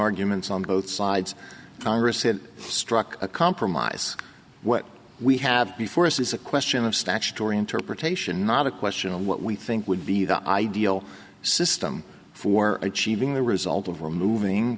arguments on both sides congress had struck a compromise what we have before us is a question of statutory interpretation not a question of what we think would be the ideal system for achieving the result of removing